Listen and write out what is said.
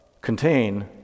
contain